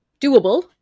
doable